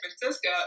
Francisco